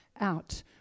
out